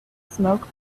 smoke